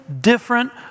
different